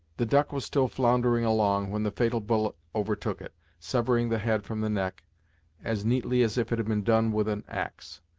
the duck was still floundering along, when the fatal bullet overtook it, severing the head from the neck as neatly as if it had been done with an axe.